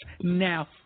now